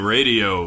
Radio